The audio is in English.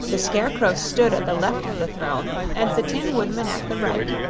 the scarecrow stood at the left of the throne and the tin woodman at the right,